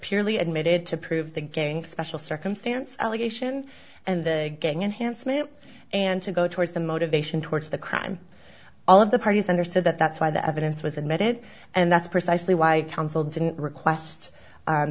purely admitted to prove the gang special circumstance allegation and the gang enhancement and to go towards the motivation towards the crime all of the parties understood that that's why the evidence was admitted and that's precisely why counsel didn't request